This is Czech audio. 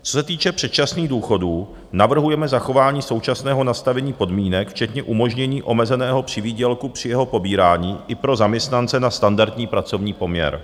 Co se týče předčasných důchodů, navrhujeme zachování současného nastavení podmínek včetně umožnění omezeného přivýdělku při jeho pobírání i pro zaměstnance na standardní pracovní poměr.